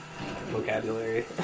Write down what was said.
vocabulary